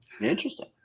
interesting